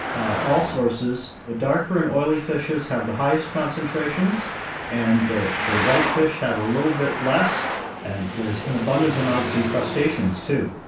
all sources, the darker and oily fishes have the highest concentrations and the the white fish have a little bit less and there's an abundant amount in so and crustaceans too.